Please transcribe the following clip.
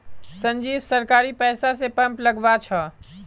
संजीव सरकारी पैसा स पंप लगवा छ